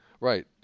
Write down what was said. Right